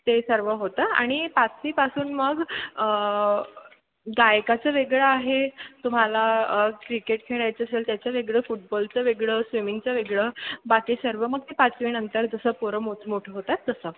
ते सर्व होतं आणि पाचवीपासून मग गायकाचं वेगळं आहे तुम्हाला क्रिकेट खेळायचं असेल त्याचं वेगळं फुटबॉलचं वेगळं स्विमिंगचं वेगळं बाकी सर्व मग ते पाचवीनंतर जसं पोरं मोठ मोठं होतात तसं